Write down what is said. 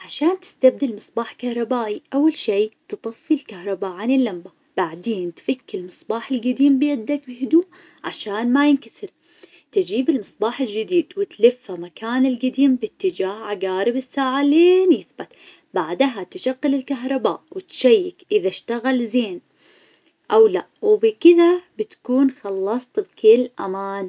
عشان تستبدل مصباح كهربائي أول شي تطفي الكهرباء عن اللمبة، بعدين تفك المصباح القديم بيدك بهدوء عشان ما ينكسر، تجيب المصباح الجديد وتلفه مكان القديم بإتجاه عقارب الساعة لين يثبت، بعدها تشغل الكهرباء وتشيك إذا اشتغل زين أو لأ. وبكذا بتكون خلصت بكل أمان.